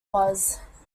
was